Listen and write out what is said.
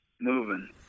moving